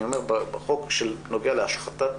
בחוק שנוגע להשחתת